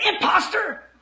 imposter